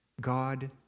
God